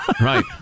right